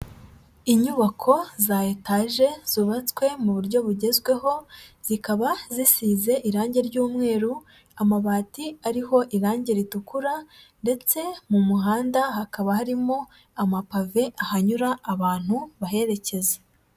Inyubako za etaje zubatswe mu buryo bugezweho, zikaba zisize irangi ry'umweru, amabati ariho irangi ritukura ndetse mu muhanda hakaba harimo amapave ahanyura abantu baherekeza.